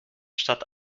statt